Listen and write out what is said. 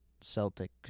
Celtic